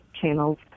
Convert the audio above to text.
channels